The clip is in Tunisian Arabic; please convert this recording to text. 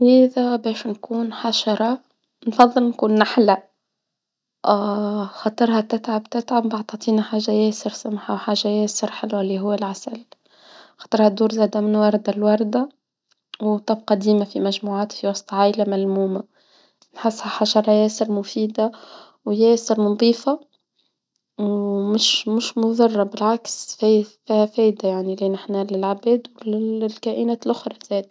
باش نكون حشرة، نفضل نكون نحلق، خاطرها تتعب تتعب بعدا فينا حاجة يا فرش مها حاجة ياسر حلوة إللي هو العسل، ده من وردة لوردة، وتبقى ديما في مجموعات في وسط عايلة ملمومة، حفها حشريا غير مفيدة صرنا نضيفة مش مش مجرد بالعكس هي فايدة يعني إللي نحنا للعباد وللكائنات لخرى ثلاثة.